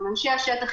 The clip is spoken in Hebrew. עם אנשי השטח,